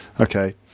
okay